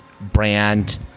brand